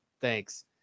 Thanks